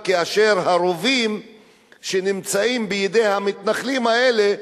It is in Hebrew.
כאשר הרובים שנמצאים בידי המתנחלים האלה,